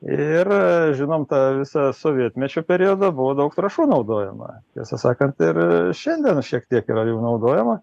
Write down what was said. ir žinom tą visą sovietmečio periodą buvo daug trąšų naudojama tiesą sakant ir šiandien šiek tiek yra jų naudojama